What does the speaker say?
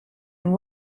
and